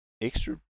extra